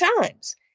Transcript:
times